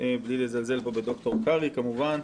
בלי לזלזל פה בד"ר קרעי כמובן,